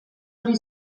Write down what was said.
hori